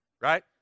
right